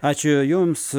ačiū jums